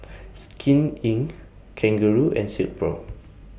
Skin Inc Kangaroo and Silkpro